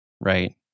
Right